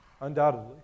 undoubtedly